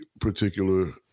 particular